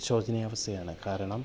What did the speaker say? ശോചനീയാവസ്ഥയാണ് കാരണം